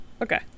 Okay